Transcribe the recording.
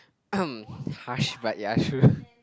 harsh but ya true